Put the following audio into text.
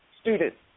students